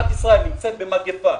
בשעה הזו שמדינת ישראל נמצאת במגיפה,